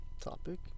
Topic